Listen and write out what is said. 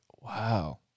Wow